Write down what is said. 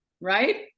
right